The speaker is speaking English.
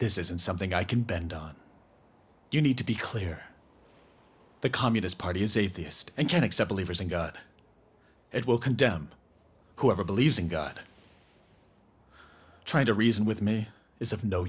this isn't something i can bend on you need to be clear the communist party is atheist and can't accept it will condemn whoever believes in god trying to reason with me is of no